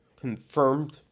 Confirmed